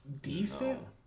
decent